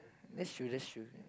that's true that's true